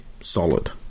solid